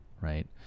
right